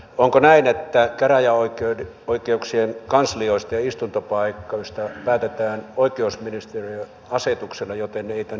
onko näin että käräjäoikeuksien kanslioista ja istuntopaikoista päätetään oikeusministeriön asetuksella joten ne eivät tänne saliin tule